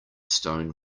stone